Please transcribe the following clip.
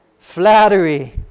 flattery